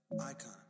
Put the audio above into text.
icon